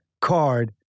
card